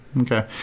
Okay